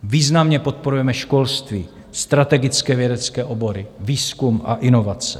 Významně podporujeme školství, strategické vědecké obory, výzkum a inovace.